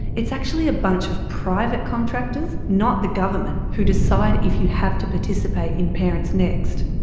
it's actually a bunch of private contractors not the government who decide if you have to participate in parents next.